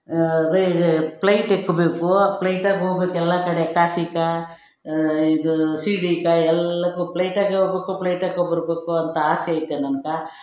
plight ಇಕ್ಕ ಬೇಕು ಪ್ಲೈಟಾಗೋಗ್ಬೇಕು ಎಲ್ಲ ಕಡೆ ಕಾಶಿಗ ಇದು ಶಿರ್ಡಿಗ ಎಲ್ಲಕ್ಕೂ ಪ್ಲೈಟಾಗೆ ಹೋಗ್ಬೇಕು ಪ್ಲೈಟಾಗೆ ಬರಬೇಕು ಅಂತ ಆಸೆ ಐತೆ ನನ್ಗೆ